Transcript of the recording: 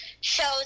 shows